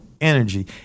energy